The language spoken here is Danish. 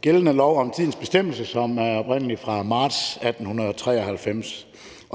gældende lov om tidens bestemmelse, som oprindelig er fra marts 1893.